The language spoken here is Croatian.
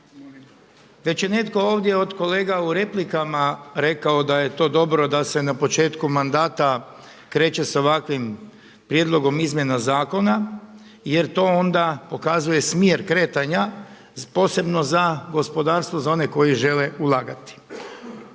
Već je netko ovdje od kolega u replikama rekao da je to dobro da se na početku mandata kreće sa ovakvim prijedlogom izmjena zakona jer to onda pokazuje smjer kretanja posebno za gospodarstvo, za one koji žele ulagati.